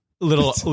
little